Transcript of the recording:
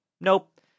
Nope